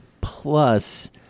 Plus